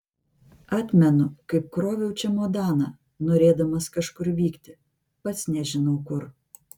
atmenu kaip kroviau čemodaną norėdamas kažkur vykti pats nežinau kur